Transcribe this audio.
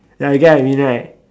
ya you get what I mean right